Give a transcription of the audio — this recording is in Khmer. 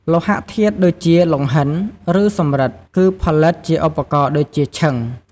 លោហៈធាតុដូចជា លង្ហិន ឬសំរឹទ្ធគឺផលិតជាឧបករណ៍ដូចជា ឈិង។